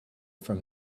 from